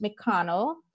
McConnell